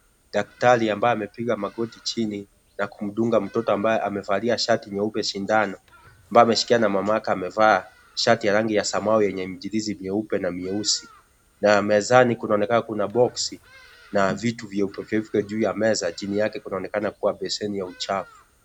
Daktari ambaye amepiga magoti chini na kumdunga mtoto ambaye amevalia shati nyeupe sindano ambaye ameshikwa na mamayake amevaa shati ya rangi ya samawi yenye michirizi mieupe na mieusi na mezani kunaonekana kuna boxi na vitu vyeupe vyeupe juu ya meza chini yake kunaonekana kuwa besheni ya uchafu.